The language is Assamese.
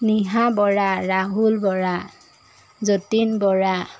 নিহা বৰা ৰাহুল বৰা জতীন বৰা